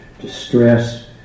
distress